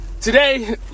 Today